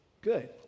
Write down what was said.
good